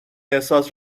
احساس